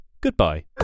Goodbye